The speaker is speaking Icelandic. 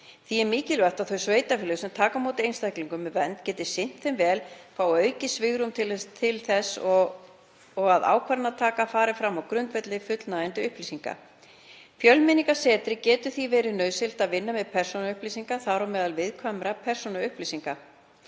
Því er mikilvægt að þau sveitarfélög sem taka á móti einstaklingum með vernd geti sinnt þeim vel, fái aukið svigrúm til þess og að ákvarðanataka fari fram á grundvelli fullnægjandi upplýsinga. Fjölmenningarsetri getur því verið nauðsynlegt að vinna með persónuupplýsingar, þar á meðal viðkvæmar persónuupplýsingar,